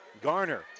Garner